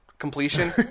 Completion